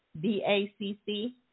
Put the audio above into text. B-A-C-C